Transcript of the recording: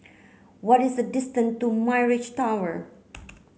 what is the distance to Mirage Tower